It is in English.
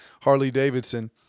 Harley-Davidson